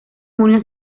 junio